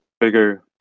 bigger